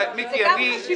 חד משמעית.